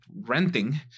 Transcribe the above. renting